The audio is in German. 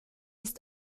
ist